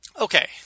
Okay